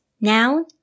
noun